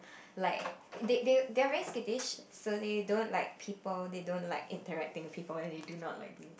like they they they are very skittish so they don't like people they don't like interacting with people and they do not like thing